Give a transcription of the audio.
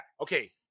Okay